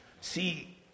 See